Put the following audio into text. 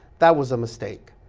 that was a mistake.